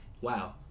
wow